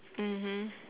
mmhmm